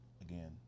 again